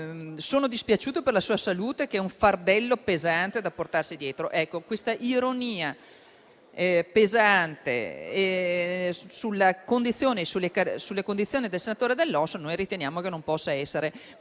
dispiaciuto per la sua salute, che è un fardello molto pesante da portarsi dietro. Questa ironia pesante sulle condizioni dell'onorevole Dall'Osso riteniamo che non possa essere